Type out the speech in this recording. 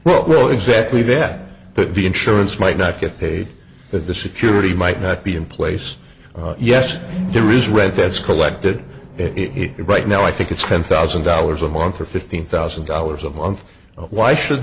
of well exactly bet that the insurance might not get paid but the security might not be in place yes there is red that's collected it right now i think it's ten thousand dollars a month or fifteen thousand dollars a month why should